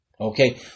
Okay